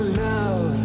love